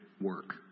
work